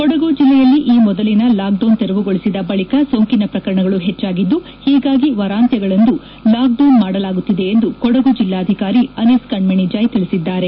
ಕೊಡಗು ಜಿಲ್ಲೆಯಲ್ಲಿ ಈ ಮೊದಲಿನ ಲಾಕ್ ಡೌನ್ ತೆರವುಗೊಳಿಸಿದ ಬಳಿಕ ಸೋಂಕಿನ ಪ್ರಕರಣಗಳು ಹೆಚ್ಚಾಗಿದ್ದು ಹೀಗಾಗಿ ವಾರಾಂತ್ಸಗಳಂದು ಲಾಕ್ ಡೌನ್ ಮಾಡಲಾಗುತ್ತಿದೆ ಎಂದು ಕೊಡಗು ಜಿಲ್ಲಾಧಿಕಾರಿ ಅನೀಸ್ ಕಣ್ಣಣಿ ಜಾಯ್ ತಿಳಿಸಿದ್ದಾರೆ